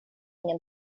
ingen